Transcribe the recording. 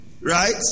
Right